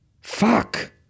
fuck